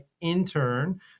intern